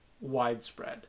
widespread